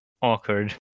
Awkward